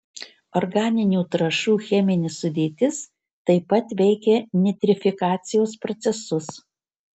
organinių trąšų cheminė sudėtis taip pat veikia nitrifikacijos procesus